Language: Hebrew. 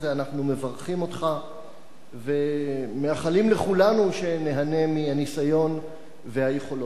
אנחנו מברכים אותך ומאחלים לכולנו שניהנה מהניסיון והיכולות שלך.